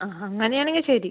ആ അങ്ങനെ ആണെങ്കിൽ ശരി